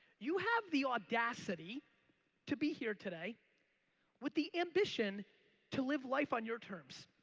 you have the audacity to be here today with the ambition to live life on your terms.